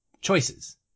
choices